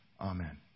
amen